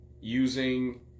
using